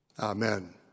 Amen